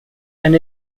and